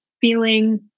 feeling